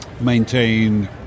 maintain